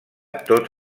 tot